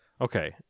Okay